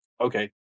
Okay